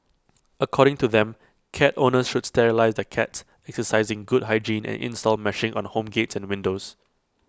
according to them cat owners should sterilise their cats exercise good hygiene and install meshing on home gates and windows